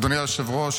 אדוני היושב-ראש,